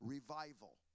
Revival